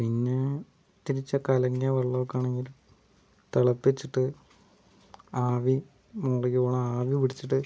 പിന്നെ ഇത്തിരിച്ചേ കലങ്ങിയ വെള്ളമൊക്കെ ആണെങ്കില് തെളപ്പിച്ചിട്ട് ആവി മോളിലേക്ക് പോകുന്ന ആവി പിടിച്ചിട്ട്